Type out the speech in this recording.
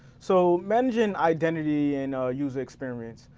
so managing identity and user experience.